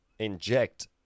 Inject